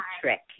trick